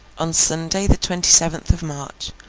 on sunday the twenty-seventh of march,